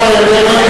לזה.